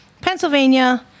Pennsylvania